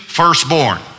firstborn